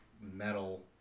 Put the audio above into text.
metal